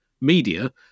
media